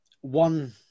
one